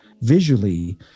visually